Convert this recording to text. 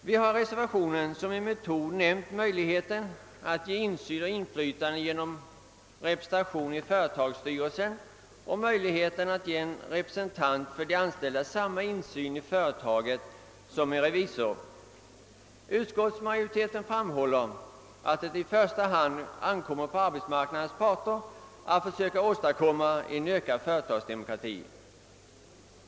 Vi har i reservationen som en metod nämnt möjligheten att skapa »insyn och medinflytande genom representation i företagsstyrelsen och möjligheten att ge en representant för de anställda samma insyn i företaget som en revisor». Utskottsmajoriteten framhåller att det i första hand är en uppgift för arbetsmarknadens parter att försöka åstadkomma en ökad företagsdemokrati.